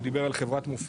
הוא דיבר על חברת מופת,